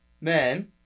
men